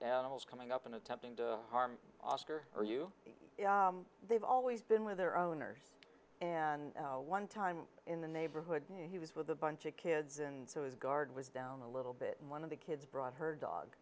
animals coming up in attempting to harm oscar or you they've always been with their owners and one time in the neighborhood he was with a bunch of kids and so the guard was down a little bit and one of the kids brought her dog